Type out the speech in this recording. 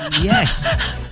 Yes